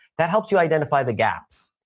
that helps you identify the gaps,